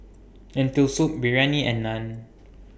Lentil Soup Biryani and Naan